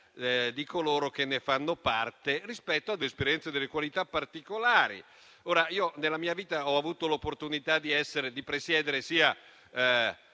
di coloro che ne fanno parte rispetto a esperienze delle qualità particolari. Nella mia vita ho avuto l'opportunità di presiedere sia